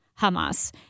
Hamas